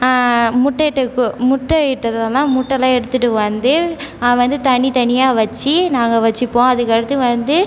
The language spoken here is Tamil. முட்டை இட்ட கோ முட்டை இட்டதெல்லாம் முட்டைலாம் எடுத்துகிட்டு வந்து வந்து தனி தனியாக வச்சு நாங்கள் வச்சுப்போம் அதுக்கடுத்து வந்து